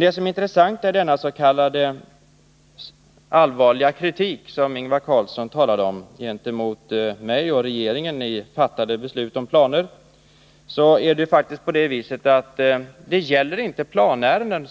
Det intressanta beträffande den s.k. allvarliga kritik som Ingvar Carlsson talade om, mot mig och regeringen med anledning av fattade beslut om planer, är att den faktiskt inte, såvitt jag förstår, gäller planärenden